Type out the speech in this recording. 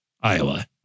Iowa